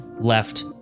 left